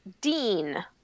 Dean